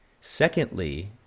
Secondly